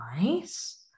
nice